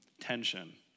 tension